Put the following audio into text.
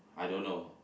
I don't know